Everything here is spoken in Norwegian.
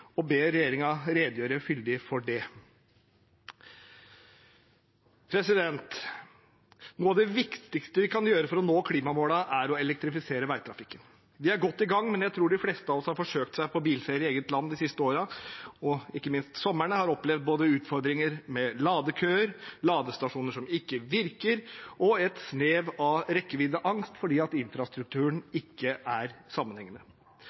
og ber regjeringen redegjøre fyldig for det. Noe av det viktigste vi kan gjøre for å nå klimamålene, er å elektrifisere veitrafikken. Vi er godt i gang, men jeg tror at de fleste av oss som har forsøkt seg på bilferie i eget land de siste årene, ikke minst om somrene, har opplevd utfordringer med både ladekøer, ladestasjoner som ikke virker, og et snev av rekkeviddeangst fordi infrastrukturen ikke er sammenhengende.